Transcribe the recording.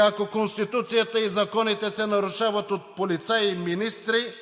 Ако Конституцията и законите се нарушават от полицаи и министри,